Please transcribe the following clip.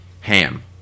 Ham